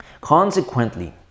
Consequently